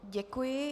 Děkuji.